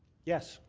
yes.